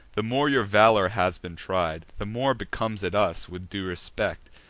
the more your valor has been tried, the more becomes it us, with due respect,